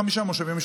יהיו חמישה מושבים,